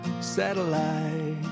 Satellite